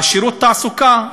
שירות התעסוקה,